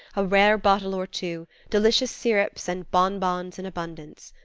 a rare bottle or two, delicious syrups, and bonbons in abundance.